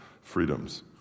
freedoms